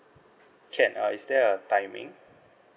can err is there a timing